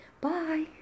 Bye